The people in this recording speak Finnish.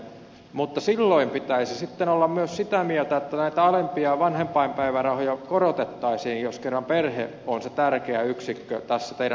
mutta silloin pitäisi sitten olla myös sitä mieltä että näitä alempia vanhempainpäivärahoja korotettaisiin jos kerran perhe on se tärkeä yksikkö tässä teidän ajattelussanne